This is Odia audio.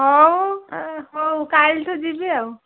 ହଉ ହଉ କାଲି ଠୁ ଯିବି ଆଉ